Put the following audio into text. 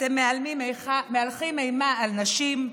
אתם מהלכים אימה על נשים,